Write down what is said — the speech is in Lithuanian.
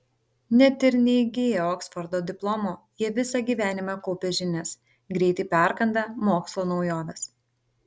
net ir neįgiję oksfordo diplomo jie visą gyvenimą kaupia žinias greitai perkanda mokslo naujoves